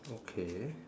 okay